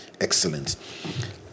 Excellent